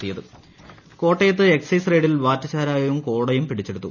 excise raid കോട്ടയത്ത് excise റെയിഡിൽ വാറ്റ് ചാരായവും കോടയും പിടിച്ചെടുത്തു